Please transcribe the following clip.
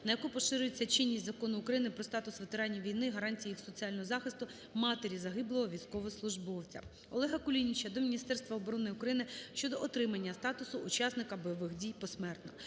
на яку поширюється чинність Закону України "Про статус ветеранів війни, гарантії їх соціального захисту", матері загиблого військовослужбовця. ОлегаКулініча до Міністерства оборони України щодо отримання статусу учасника бойових дій посмертно.